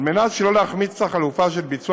על מנת שלא להחמיץ את החלופה של ביצוע